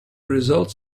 results